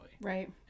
Right